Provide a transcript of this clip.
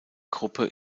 gruppe